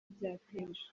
byateje